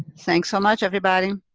thanks so much, everybody.